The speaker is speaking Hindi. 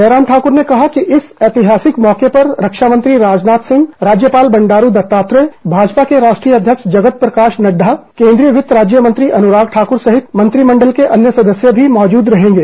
जयराम ठाकुर ने कहा कि इस ऐतिहासिक मौके पर रक्षा मंत्री राजनाथ सिंह राज्यपाल बंडारू दत्तात्रेय भाजपा के राष्ट्रीय अध्यक्ष जगत प्रकाश नड़डा केन्द्रीय वित्त राज्य मंत्री अनुराग ठाक्र सहित मंत्रिमण्डल के अन्य सदस्य भी मौजूद रहेंगे